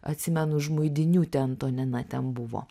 atsimenu žmuidiniūtė antonina ten buvo